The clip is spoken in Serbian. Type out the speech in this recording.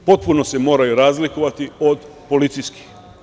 Potpuno se moraju razlikovati od policijskih.